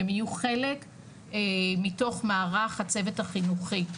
הן יהיו חלק מתוך מערך הצוות החינוכי.